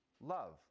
love